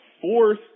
fourth